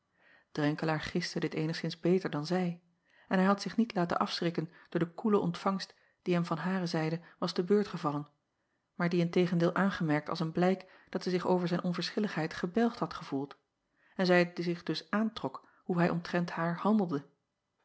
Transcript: renkelaer giste dit eenigszins beter dan zij hij had zich niet laten afschrikken door de koele ontvangst die hem van hare zijde was te beurt gevallen maar die in tegendeel aangemerkt als een blijk dat zij zich over zijn onverschilligheid gebelgd had gevoeld en zij het zich dus aantrok hoe hij omtrent haar handelde